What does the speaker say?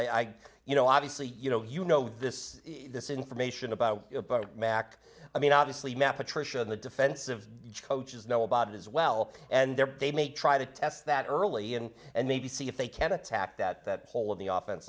i you know obviously you know you know this this information about mack i mean obviously map patricia on the defensive coaches know about it as well and they're bay may try to test that early and and maybe see if they can attack that that whole of the office